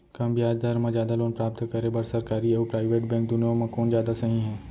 कम ब्याज दर मा जादा लोन प्राप्त करे बर, सरकारी अऊ प्राइवेट बैंक दुनो मा कोन जादा सही हे?